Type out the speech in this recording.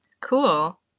Cool